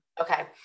Okay